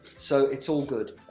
so it's all good.